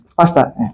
Pastor